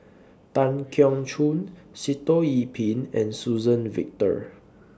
Tan Keong Choon Sitoh Yih Pin and Suzann Victor